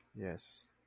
yes